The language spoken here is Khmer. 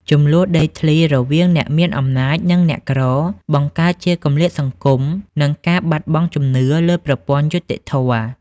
ជម្លោះដីធ្លីរវាងអ្នកមានអំណាច និងអ្នកក្រ បង្កើតជាគម្លាតសង្គម និងការបាត់បង់ជំនឿលើប្រព័ន្ធយុត្តិធម៌។